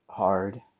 hard